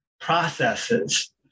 processes